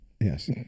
yes